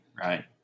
right